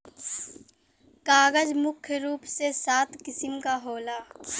कागज मुख्य रूप से सात किसिम क होला